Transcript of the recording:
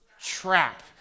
trap